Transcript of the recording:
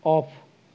of